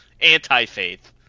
anti-faith